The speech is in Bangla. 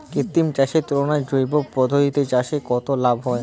কৃত্রিম চাষের তুলনায় জৈব পদ্ধতিতে চাষে কত লাভ হয়?